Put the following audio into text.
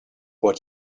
what